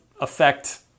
affect